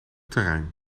terrein